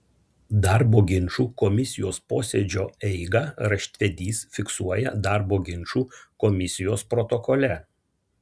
darbo ginčų komisijos posėdžio eigą raštvedys fiksuoja darbo ginčų komisijos protokole